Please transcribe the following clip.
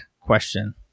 question